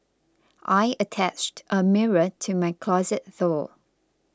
I attached a mirror to my closet door